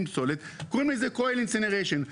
פסולת קוראים לזה kohler Seneration,